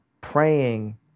praying